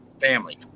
family